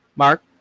Mark